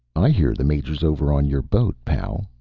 i hear the major's over on your boat, pal.